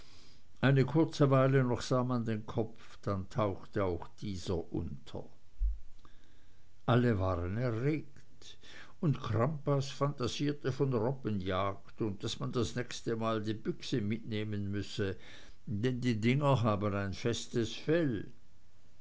eine kurze weile noch sah man den kopf dann tauchte auch dieser unter alle waren erregt und crampas phantasierte von robbenjagd und daß man das nächste mal die büchse mitnehmen müsse denn die dinger haben ein festes fell